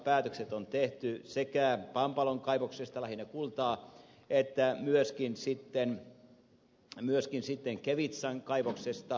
päätökset on tehty sekä pampalon kaivoksesta lähinnä kultaa että myöskin sitten kevitsan kaivoksesta